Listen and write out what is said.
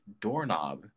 doorknob